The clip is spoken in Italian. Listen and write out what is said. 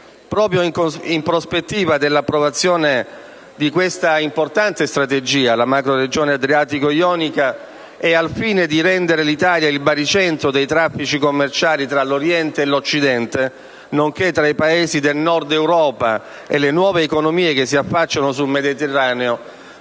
Proprio nella prospettiva dell'approvazione di questa importante strategia, la macroregione adriatico-ionica, e al fine di rendere l'Italia il baricentro dei traffici commerciali tra l'Oriente e l'Occidente, nonché tra i Paesi del Nord Europa e le nuove economie che si affacciano sul Mediterraneo,